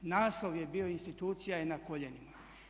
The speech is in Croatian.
Naslov je bio institucija je na koljenima.